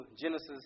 Genesis